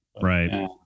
Right